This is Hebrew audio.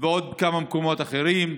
ובעוד כמה מקומות אחרים.